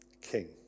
King